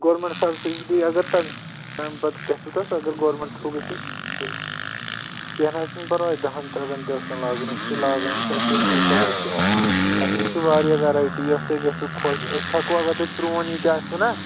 government subsidy اگر تَمہِ تَمہِ پَتہٕ گژھوٕ تَتھ اگر گورمٮ۪نٛٹ تھرٛوٗ گژھوٕ تیٚلہِ کیٚنٛہہ نہَ حظ چھُنہٕ پرواے دَہَن ترٛہَن گژھِ نہٕ لاگُن اَسہِ لاگان چھِ اَسہِ اَمے خٲطرٕ چھِ اَسہِ نِش چھُ واریاہ ویرایٹی یۄس تۄہہِ گژھِوٕ خۄش أسۍ ہٮ۪کو اگر تۄہہِ پرٛون یہِ تہِ آسِوٕ نا